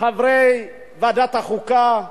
חברי ועדת החוקה,